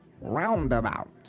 roundabout